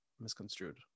misconstrued